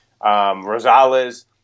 Rosales